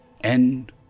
End